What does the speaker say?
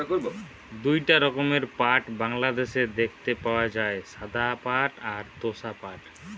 দুইটা রকমের পাট বাংলাদেশে দেখতে পাওয়া যায়, সাদা পাট আর তোষা পাট